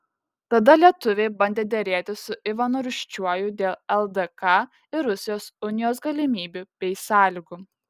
tada lietuviai bandė derėtis su ivanu rūsčiuoju dėl ldk ir rusijos unijos galimybių bei sąlygų